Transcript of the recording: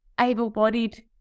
able-bodied